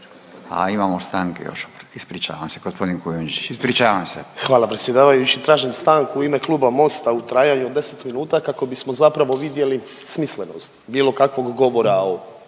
A imamo stanke još, ispričavam se. Gospodin Kujundžić. Ispričavam se. **Kujundžić, Ante (MOST)** Hvala predsjedavajući. Tražim stanku u ime kluba Mosta u trajanju od 10 minuta kako bismo zapravo vidjeli smislenost bilo kakvog govora o